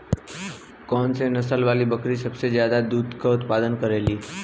कौन से नसल वाली बकरी सबसे ज्यादा दूध क उतपादन करेली?